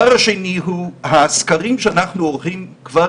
שזה קצת אבסורד שאנחנו מקיימים דיון על